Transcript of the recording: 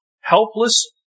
helpless